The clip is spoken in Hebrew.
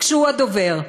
"כשהוא הדובר".